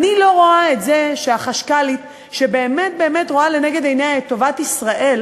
אני לא רואה את זה שהחשכ"לית שבאמת באמת רואה לנגד עיניה את טובת ישראל,